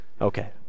Okay